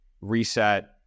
reset